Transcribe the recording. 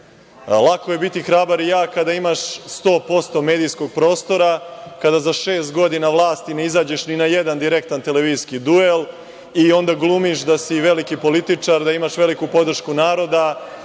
lako je biti hrabar i jak kada imaš 100% medijskog prostora, kada za šest godina vlasti ne izađeš ni na jedan direktan televizijski duel i onda glumiš da si veliki političar, da imaš veliku podršku naroda